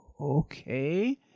okay